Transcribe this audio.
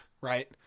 right